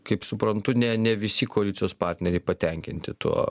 kaip suprantu ne ne visi koalicijos partneriai patenkinti tuo